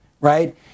right